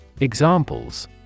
Examples